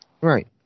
Right